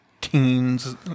Teens